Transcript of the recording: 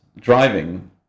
driving